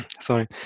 sorry